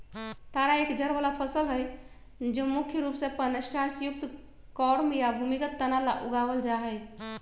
तारा एक जड़ वाला फसल हई जो मुख्य रूप से अपन स्टार्चयुक्त कॉर्म या भूमिगत तना ला उगावल जाहई